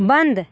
बंद